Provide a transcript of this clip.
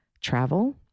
travel